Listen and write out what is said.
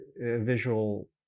visual